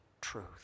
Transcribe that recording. truth